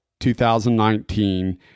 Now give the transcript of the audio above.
2019